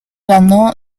ganó